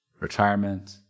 Retirement